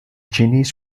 genies